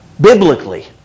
biblically